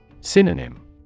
Synonym